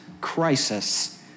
crisis